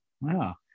wow